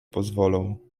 pozwolą